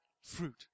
fruit